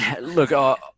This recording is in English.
look